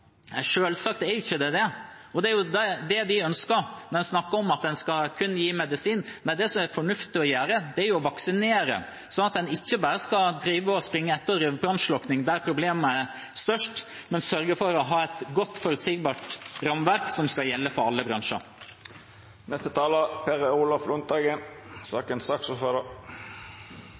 er det ikke det. Det er det de ønsker når en snakker om at en kun skal gi medisin. Nei, det som er fornuftig å gjøre, er å vaksinere, sånn at en ikke bare skal springe etter og drive med brannslukking der problemet er størst, men sørge for å ha et godt og forutsigbart rammeverk som skal gjelde for alle bransjer.